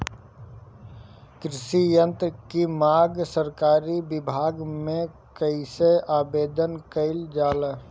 कृषि यत्र की मांग सरकरी विभाग में कइसे आवेदन कइल जाला?